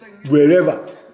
wherever